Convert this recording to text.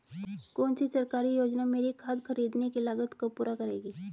कौन सी सरकारी योजना मेरी खाद खरीदने की लागत को पूरा करेगी?